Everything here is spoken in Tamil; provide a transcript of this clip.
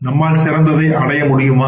நம்மால் சிறந்ததை அடைய முடியுமா